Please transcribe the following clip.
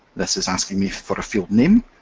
this is asking me for a field name.